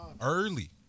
Early